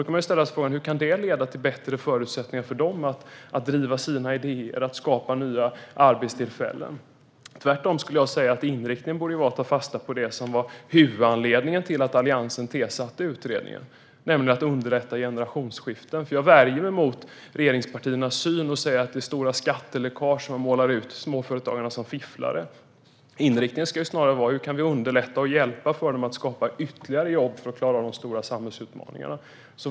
Då kan man ställa sig frågan hur detta skulle kunna leda till bättre förutsättningar för dem att driva sina idéer och skapa nya arbetstillfällen. Tvärtom skulle jag säga att inriktningen borde vara att ta fasta på det som var huvudanledningen till att Alliansen tillsatte utredningen, nämligen att underlätta generationsskiften. Jag värjer mig mot regeringspartiernas syn när de talar om stora skatteläckage och målar ut småföretagarna som fifflare. Inriktningen borde snarare vara att man frågar sig hur vi kan hjälpa och underlätta för dem att skapa ytterligare jobb för att vi ska klara av de stora samhällsutmaningarna.